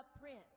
print